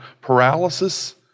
paralysis